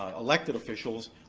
ah elected officials,